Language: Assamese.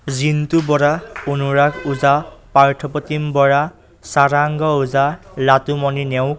জিন্টু বৰা অনুৰাগ ওজা পাৰ্থপ্ৰতীম বৰা চাৰাংগ ওজা লাটুমণি নেওক